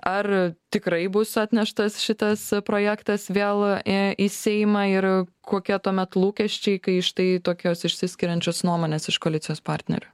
ar tikrai bus atneštas šitas projektas vėl ė į seimą ir kokie tuomet lūkesčiai kai štai tokios išsiskiriančios nuomonės iš koalicijos partnerių